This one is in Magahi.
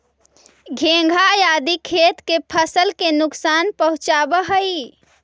घोंघा आदि खेत के फसल के नुकसान पहुँचावऽ हई